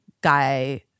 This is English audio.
guy